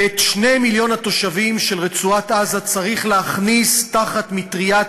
ואת 2 מיליון התושבים של רצועת-עזה צריך להכניס תחת מטריית